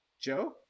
Joe